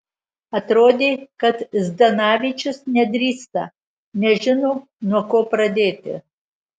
atrodė kad zdanavičius nedrįsta nežino nuo ko pradėti